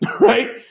right